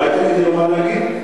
אני לא רשומה,